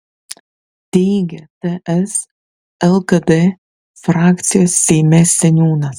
teigia ts lkd frakcijos seime seniūnas